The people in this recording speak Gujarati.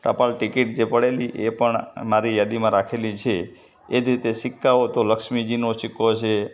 ટપાલ ટિકીટ જે પડેલી એ પણ મારી યાદીમાં રાખેલી છે એ જ રીતે સિક્કાઓ તો લક્ષ્મીજીનો સિક્કો છે